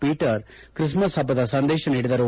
Peter Christmas ಹಬ್ಬದ ಸಂದೇಶ ನೀಡಿದರು